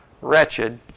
wretched